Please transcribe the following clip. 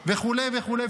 וכו' וכו' וכו'.